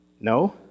No